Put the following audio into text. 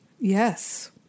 Yes